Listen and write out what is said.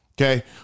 Okay